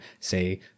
say